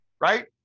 right